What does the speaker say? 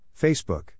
Facebook